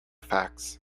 facts